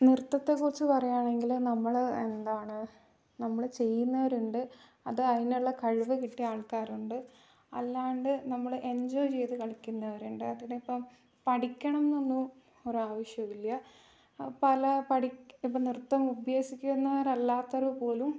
നൃത്തത്തെ കുറിച്ചു പറയുകയാണെങ്കിൽ നമ്മൾ എന്താണ് നമ്മൾ ചെയ്യുന്നവരുണ്ട് അത് അതിനുള്ള കഴിവ് കിട്ടിയ ആൾക്കാർ ഉണ്ട് അല്ലാണ്ട് നമ്മൾ എൻജോയ് ചെയ്തു കളിക്കുന്നവർ ഉണ്ട് അതിന് ഇപ്പം പഠിക്കണം എന്നൊന്നും ഒരു ആവശ്യമില്ല പല ഇപ്പം നൃത്തം അഭ്യസിക്കുന്നവർ അല്ലാത്തവർ പോലും